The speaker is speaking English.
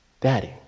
Daddy